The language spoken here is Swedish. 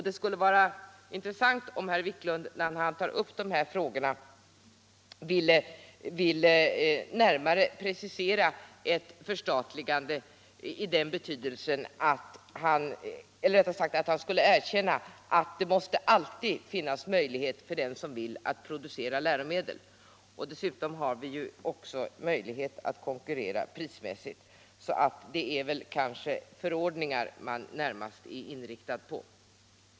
Det skulle vara intressant att höra om herr Wiklund, när han tar upp de här frågorna, vill närmare precisera förstatligandet och kanske erkänna att det alltid måste finnas möjlighet för den som vill producera täromedel att göra det. Dessutom har vi ju möjlighet att konkurrera prismässigt, så det kanske är förordningar man närmast är inriktad på.